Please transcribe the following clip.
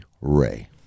Ray